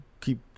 keep